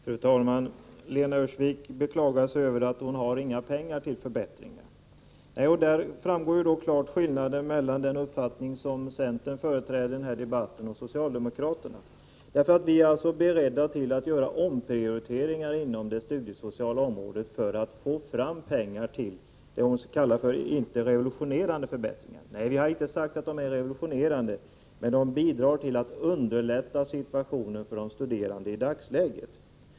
Fru talman! Lena Öhrsvik beklagar sig över att hon inte har några pengar till förbättringar. Däri framgår klart skillnaden mellan den uppfattning som centern företräder i den här debatten och socialdemokraternas. Vi är beredda att göra omprioriteringar inom det studiesociala området för att få fram pengar till förbättringar. De är inte revolutionerande, säger Lena Öhrsvik. Vi har inte sagt att de är revolutionerande, men de bidrar till att underlätta situationen för de högskolestuderande i dagsläget.